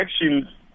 elections